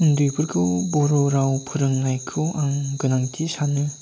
उन्दैफोरखौ बर' राव फोरोंनायखौ आं गोनांथि सानो